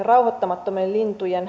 rauhoittamattomien lintujen